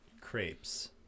crepes